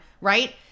right